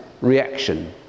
reaction